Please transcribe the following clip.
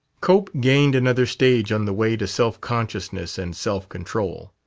cope gained another stage on the way to self-consciousness and self-control.